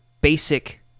basic